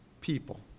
people